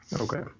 okay